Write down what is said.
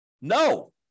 No